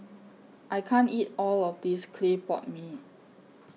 I can't eat All of This Clay Pot Mee